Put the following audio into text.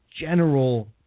general